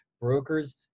brokers